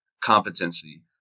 competency